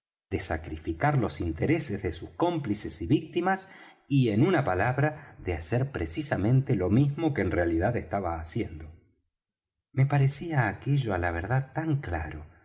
de sacrificar los intereses de sus cómplices y víctimas y en una palabra de hacer precisamente lo mismo que en realidad estaba haciendo me parecía aquello á la verdad tan claro